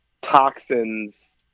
Toxins